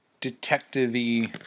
detective-y